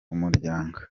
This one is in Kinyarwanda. umuryango